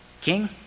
King